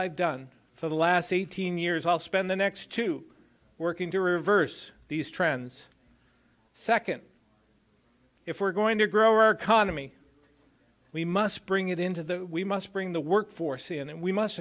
i've done for the last eighteen years i'll spend the next two working to reverse these trends second if we're going to grow our economy we must bring it into the we must bring the workforce in and we must